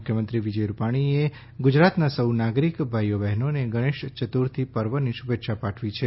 મુખ્યમંત્રી વિજય રૂપાણીએ ગુજરાતના સૌ નાગરિક ભાઇ બહેનોને ગણેશ ચતુર્થી પર્વની શુભેચ્છા પાઠવી છે